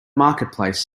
marketplace